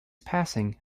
passing